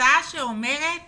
הצעה שאומרת